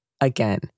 Again